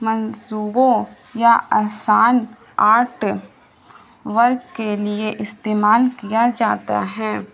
منصوبوں یا آسان آرٹ ورک کے لیے استعمال کیا جاتا ہے